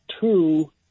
two